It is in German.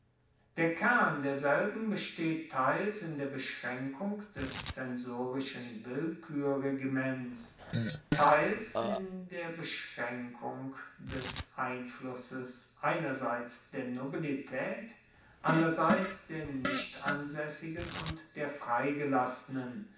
der kern derselben besteht teils in der beschraenkung des zensorischen willkuerregiments teils in der beschraenkung des einflusses einerseits der nobilitaet anderseits der nichtansaessigen und der freigelassenen